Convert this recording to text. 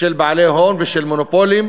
של בעלי הון ושל מונופולים,